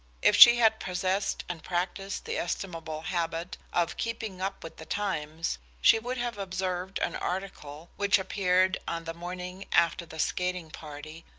if she had possessed and practiced the estimable habit of keeping up with the times, she would have observed an article which appeared on the morning after the skating party,